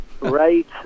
Right